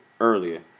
earlier